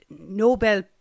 Nobel